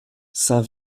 saint